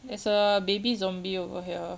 there's a baby zombie over here